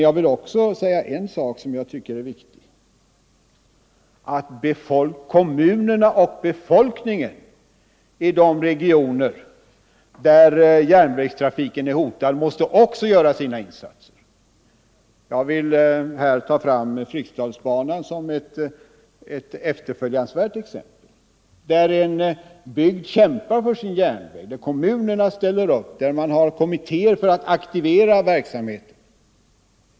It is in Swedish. Jag vill också nämna en annan sak som jag tycker är viktig: Kommunerna och befolkningen i de regioner där järnvägstrafiken är hotad måste också göra sina insatser. Jag vill här ta fram Fryksdalsbanan som ett efterföljansvärt exempel, där en bygd kämpar för sin järnväg och där kommunerna ställer upp och där man har kommittéer för att aktivera verksamheten.